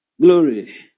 Glory